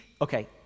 Okay